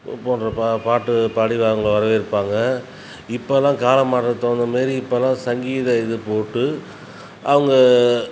போடுகிற பாட்டு பாடி அவங்க வரவேற்பாங்க இப்போல்லாம் காலம் மாறுற தோணும் மாரி இப்போல்லாம் சங்கீத இது போட்டு அவங்க